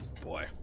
Boy